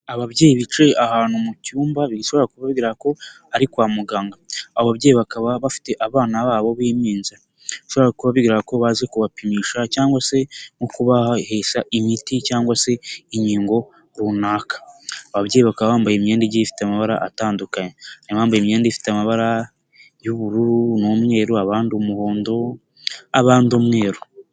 Ababyeyi bicaye ahantu mu cyumba bigishobora kuba bigaragara ari kwa muganga, ababyeyi bakaba bafite abana babo bi'impinja bishobora kuba bigaragara ko baje kubapimisha cyangwa se nko kubahesha imiti cyangwa se inkingo runaka. Ababyeyi bakaba bambaye imyenda igiye ifite amabara atandukanye bambaye imyenda ifite amabara y'ubururu n'umweru abandi umuhondo abandi umweru.